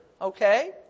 okay